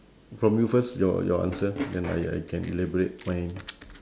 from you first your your answer then I I can elaborate mine